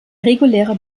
regulärer